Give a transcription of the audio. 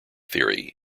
theory